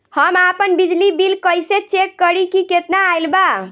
हम आपन बिजली बिल कइसे चेक करि की केतना आइल बा?